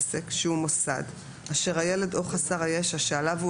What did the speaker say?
עסק שהוא מוסד אשר הילד או חסר הישע שעליו הוא